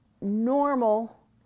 normal